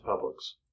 publics